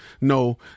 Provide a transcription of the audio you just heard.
no